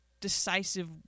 decisive